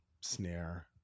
snare